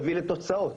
יביאו לתוצאות.